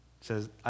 says